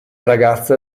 ragazza